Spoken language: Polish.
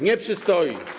Nie przystoi.